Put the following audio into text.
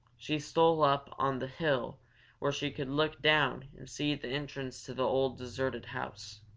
she stole up on the hill where she could look down and see the entrance to the old deserted house.